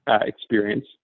experience